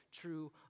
true